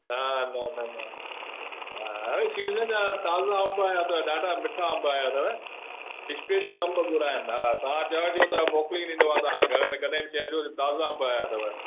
हा न न न हा अरे सीज़न आहे ताज़ा अंब आया अथव ॾाढा मिठा अंब आया अथव स्पेशल अंब घुराया आहिनि हा तव्हां चयो त मोकिले ॾींदोमांव तव्हां जे घर में कॾहिं बि चइजो ताज़ा अंब आया अथव